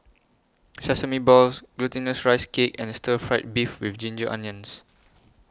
Sesame Balls Glutinous Rice Cake and Stir Fried Beef with Ginger Onions